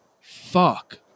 Fuck